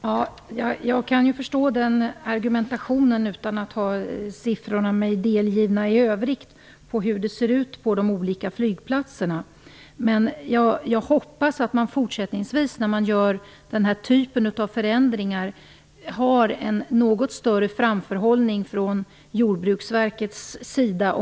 Fru talman! Jag kan förstå den här argumentationen även om jag inte i övrigt har några siffror över hur det ser ut på de olika flygplatserna. Jag hoppas att man fortsättningsvis, om det skulle bli aktuellt med den här typen av förändringar, har en något större framförhållning från Jordbruksverkets sida.